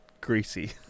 Greasy